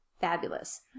fabulous